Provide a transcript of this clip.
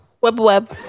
Web-web